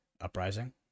Uprising